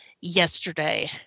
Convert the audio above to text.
yesterday